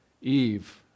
Eve